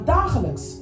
dagelijks